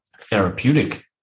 therapeutic